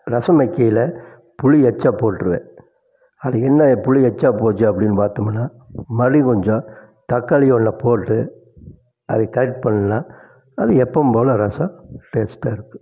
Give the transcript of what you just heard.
ரசம் வைக்கையில புளி எச்சா போட்டிருவேன் அது என்ன புளி எச்சா போச்சு அப்படின்னு பார்த்தோமுனா மறுபடி கொஞ்சம் தக்காளி ஒன்ற போட்டு அது கரெக்ட் பண்ணா அது எப்பவும் போல ரசம் டேஸ்ட்டாக இருக்கும்